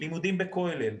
לימודים בכולל.